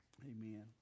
Amen